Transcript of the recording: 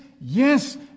yes